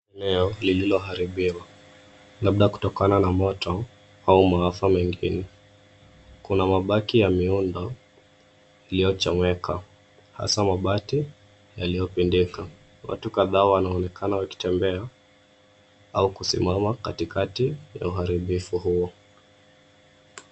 Eneo lililoharibiwa, labda kutokana na moto au maafa mengine. Kuna mabaki ya miundo iliyochomeka, hasa, mabati yaliyapindika. Watu kadhaa wanaonekana wakitembea au kusimama katikati ya uharibifu huo.